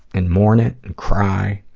and mourn it, and cry,